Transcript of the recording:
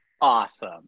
awesome